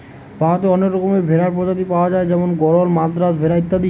ভারতে অনেক রকমের ভেড়ার প্রজাতি পায়া যায় যেমন গরল, মাদ্রাজ ভেড়া ইত্যাদি